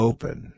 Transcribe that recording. Open